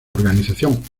organización